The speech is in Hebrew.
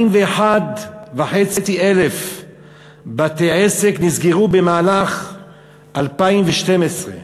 41,500 בתי-עסק נסגרו במהלך 2012,